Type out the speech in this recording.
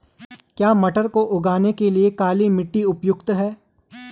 क्या मटर को उगाने के लिए काली मिट्टी उपयुक्त है?